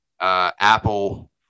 Apple